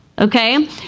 Okay